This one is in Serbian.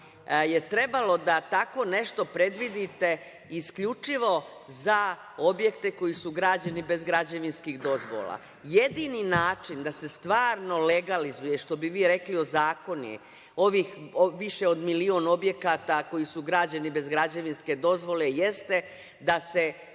trebalo je da tako nešto predvidite isključivo za objekte koji su građeni bez građevinskih dozvola. Jedini način da se stvarno legalizuje, što bi vi rekli ozakoni, ovih više od milion objekata koji su građeni bez građevinske dozvole, jeste da se